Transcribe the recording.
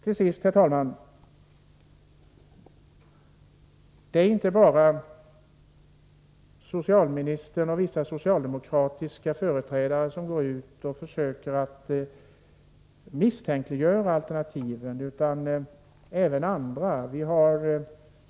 Till sist: Det är inte bara socialministern och vissa socialdemokratiska företrädare som går ut och försöker misstänkliggöra alternativen, utan även andra gör det.